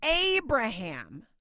Abraham